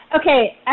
Okay